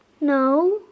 No